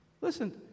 listen